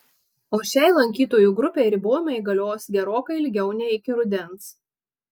o šiai lankytojų grupei ribojimai galios gerokai ilgiau nei iki rudens